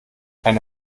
eine